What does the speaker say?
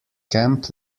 camp